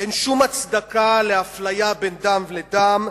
אין שום הצדקה לאפליה בין דם לדם,